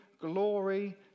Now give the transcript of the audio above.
glory